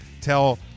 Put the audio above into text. tell